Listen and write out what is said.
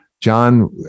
John